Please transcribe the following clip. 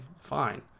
fine